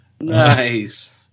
Nice